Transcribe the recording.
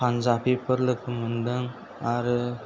पानजापिफोर लोगो मोन्दों आरो